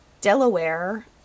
delaware